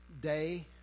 day